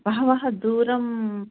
बहवः दूरं